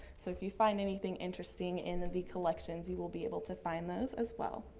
so if you find anything interesting in the the collections, you will be able to find those as well.